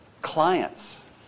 clients